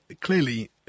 clearly